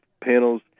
panels